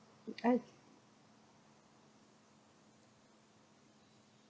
oo uh